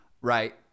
right